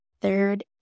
third